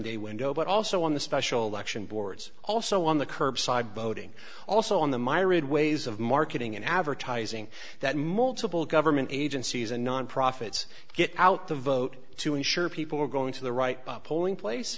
day window but also on the special election boards also on the curbside voting also on them i read ways of marketing and advertising that multiple government agencies and non profits get out the vote to ensure people are going to the right polling place